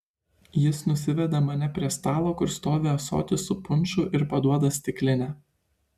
jis nusiveda mane prie stalo kur stovi ąsotis su punšu ir paduoda stiklinę